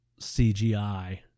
CGI